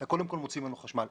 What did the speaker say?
אתה קודם כל מוציא ממנו חשמל.